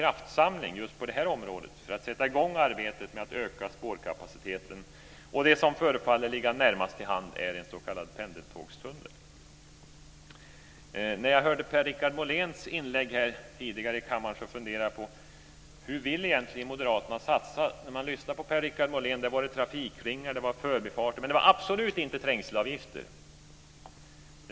Det som förefaller ligga närmast till hands är en pendeltågstunnel. När jag hörde Per-Richard Moléns inlägg här i kammaren tidigare funderade jag på hur Moderaterna egentligen vill satsa. När man lyssnar på Per-Richard Molén är det trafikringar och förbifarter, men absolut inte trängselavgifter.